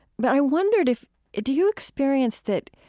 but i wondered if do you experience that